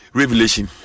revelation